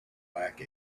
lack